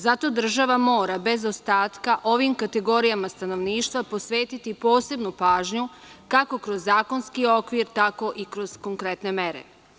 Zato država mora, bez ostatka, ovim kategorijama stanovništva posvetiti posebnu pažnju, kako kroz zakonski okvir, tako i kroz konkretne mere.